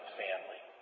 family